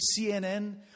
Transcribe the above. CNN